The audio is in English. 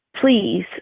please